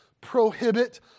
prohibit